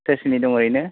सोर सोरनि दं ओरैनो